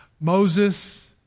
Moses